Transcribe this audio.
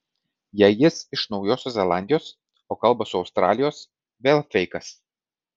jei jis iš naujosios zelandijos o kalba su australijos vėl feikas